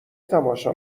تماشا